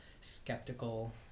skeptical